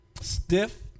Stiff